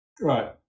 Right